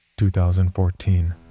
2014